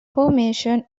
formation